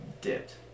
dipped